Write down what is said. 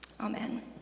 Amen